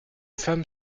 femme